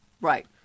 Right